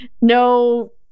no